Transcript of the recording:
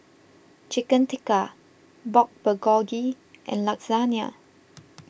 Chicken Tikka Pork Bulgogi and Lasagne